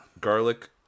garlic